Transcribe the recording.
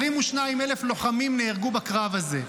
22,000 לוחמים נהרגו בקרב הזה.